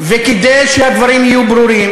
וכדי שהדברים יהיו ברורים,